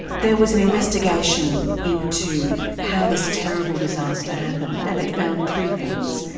there was an investigation into how this terrible disaster happened, and it found three things.